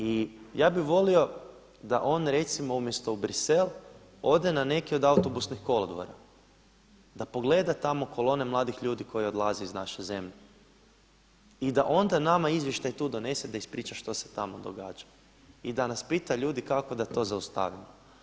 I ja bi volio da on recimo umjesto u Bruxelles ode u neki od autobusnih kolodvora da pogleda tamo kolone mladih ljudi koji odlaze iz naše zemlje i da onda nama izvještaj tu donese da ispriča što se tamo događa i da nas pita ljudi kako da to zaustavimo.